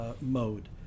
mode